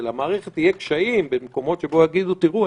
כשלמערכת יהיו קשיים במקומות שבהם יגידו: תראו,